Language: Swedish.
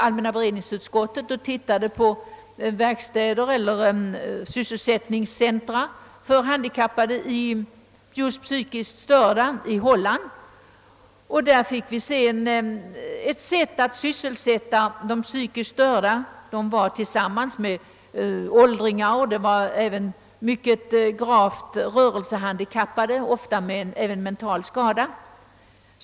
Allmänna beredningsutskottets ledamöter besökte en del verkstäder eller sysselsättningscentra för psykiskt utvecklingsstörda i Holland. Där fick vi se, hur de psykiskt utvecklingsstörda sysselsattes tillsammans med åldringar, gravt rörelsehandikappade och även mentalt skadade.